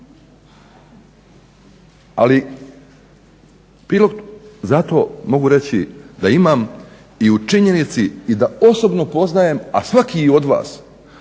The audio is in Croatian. Ali, zato mogu reći da imam i u činjenici i da osobno poznajem, a svaki od vas